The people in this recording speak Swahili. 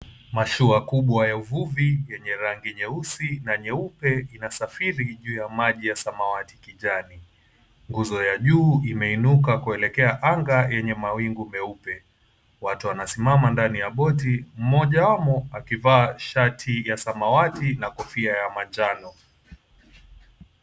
Mashua kubwa ya uvuvi yenye rangi nyeusi na nyeupe inasafiri juu ya maji ya samawati kijani. Nguzo ya juu imeinuka kuelekea anga yenye mawingu meupe. Watu wanasimama ndani ya boti, mmoja wamo akivaa shati ya samawati na kofia ya manjano.